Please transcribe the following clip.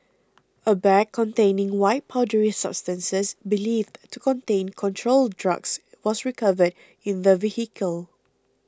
a bag containing white powdery substances believed to contain controlled drugs was recovered in the vehicle